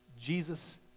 Jesus